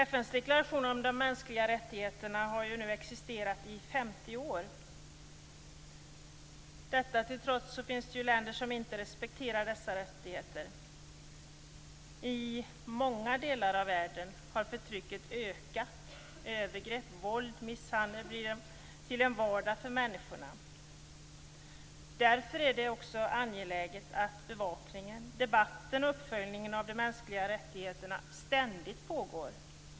FN:s deklaration om de mänskliga rättigheterna har nu existerat i 50 år. Detta till trots finns det länder som inte respekterar dessa rättigheter. I många delar av världen har förtycket ökat. Övergrepp, våld, misshandel blir till en vardag för människorna. Därför är det också angeläget att bevakningen av, debatten om och uppföljningen av de mänskliga rättigheterna ständigt pågår.